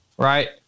Right